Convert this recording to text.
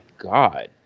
god